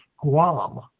Guam